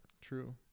True